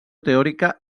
teòrica